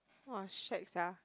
!wah! shag sia